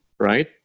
Right